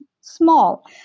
small